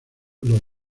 los